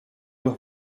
los